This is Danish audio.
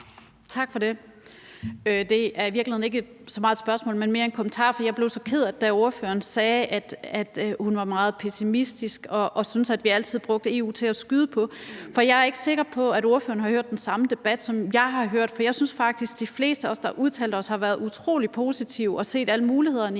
Liltorp (M): Tak for det. Det er i virkeligheden ikke så meget et spørgsmål, men mere en kommentar, for jeg blev så ked af det, da ordføreren sagde, at hun var meget pessimistisk og syntes, at vi altid brugte EU til at skyde på. Jeg er ikke sikker på, at ordføreren har hørt den samme debat, som jeg har hørt, for jeg synes faktisk, at de fleste af os, der har udtalt sig, har været utrolig positive og set alle mulighederne